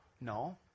No